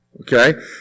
Okay